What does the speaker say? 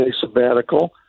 sabbatical